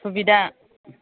सुबिदा